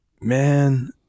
man